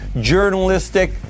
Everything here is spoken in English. journalistic